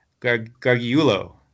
Gargiulo